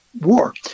war